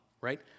right